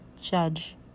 judge